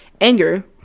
Anger